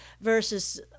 versus